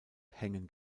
hängen